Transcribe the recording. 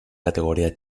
categoría